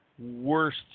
Worst